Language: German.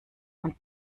und